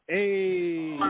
Hey